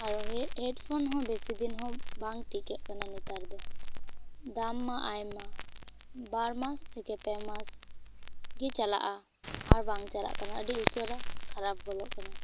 ᱟᱨᱚ ᱦᱮ ᱦᱮᱰᱯᱷᱳᱱ ᱦᱚᱸ ᱵᱮᱥᱮ ᱫᱤᱱ ᱦᱚᱸ ᱵᱟᱝ ᱴᱤᱠᱟᱹ ᱠᱟᱱᱟ ᱱᱮᱛᱟᱨ ᱫᱚ ᱫᱟᱢ ᱢᱟ ᱟᱭᱢᱟ ᱵᱟᱨ ᱢᱟᱥ ᱛᱷᱮᱠᱮ ᱯᱮᱢᱟᱥ ᱜᱮ ᱪᱟᱞᱟᱜᱼᱟ ᱟᱨ ᱵᱟᱝ ᱪᱟᱞᱟ ᱠᱟᱱᱟ ᱟᱹᱰᱤ ᱩᱥᱟᱹᱨᱟ ᱠᱷᱟᱨᱟᱯ ᱜᱚᱫᱚᱜ ᱠᱟᱱᱟ